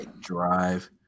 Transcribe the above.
drive